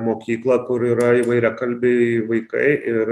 mokyklą kur yra įvairiakalbiai vaikai ir